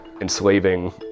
enslaving